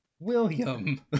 William